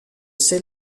ses